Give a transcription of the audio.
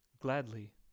Gladly